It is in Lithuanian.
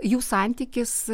jų santykis